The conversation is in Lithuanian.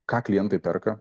ką klientai perka